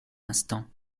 instant